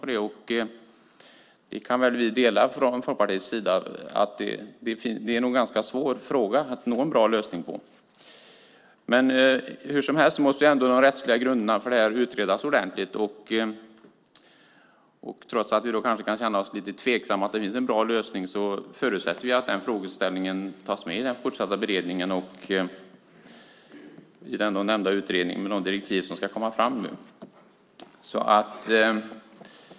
Vi kan från Folkpartiets sida dela uppfattningen att det nog är en ganska svår fråga att nå en bra lösning på. Hur som helst måste de rättsliga grunderna utredas ordentligt. Trots att vi kan känna oss lite tveksamma till att det finns en bra lösning förutsätter vi att frågan tas med i den fortsatta beredningen i den nämnda utredningen och i de direktiv som ska komma.